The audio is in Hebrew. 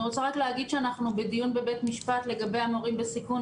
אני רוצה רק להגיד שאנחנו בדיון בבית משפט לגבי המורים בסיכון,